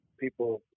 people